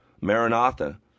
Maranatha